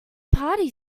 party